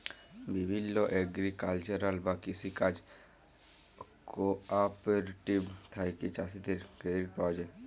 বিভিল্য এগ্রিকালচারাল বা কৃষি কাজ কোঅপারেটিভ থেক্যে চাষীদের ক্রেডিট পায়া যায়